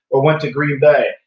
or went to green bay.